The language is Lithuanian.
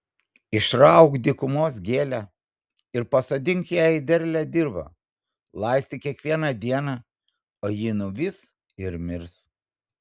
išrauk dykumos gėlę ir pasodink ją į derlią dirvą laistyk kiekvieną dieną o ji nuvys ir mirs